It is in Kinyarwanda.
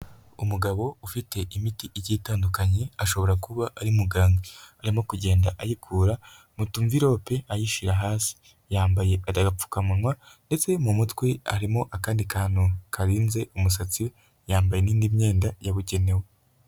Umugabo ufite imiti igiye igitandukanye, ashobora kuba ari muganga, arimo kugenda ayikura mu tumvirope ayishyira hasi, yambaye agapfukamunwa ndetse mu mutwe harimo akandi kantu karenzeze umusatsi, yambaye n'indi myenda yabugenewe.